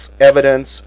evidence